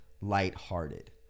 lighthearted